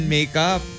makeup